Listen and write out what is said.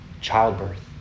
Childbirth